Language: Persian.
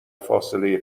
فاصله